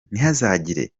ntihazagire